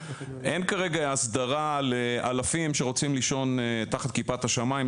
אין כרגע הסדרה לאלפים שרוצים לישון תחת כיפת השמיים.